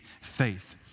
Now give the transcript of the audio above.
faith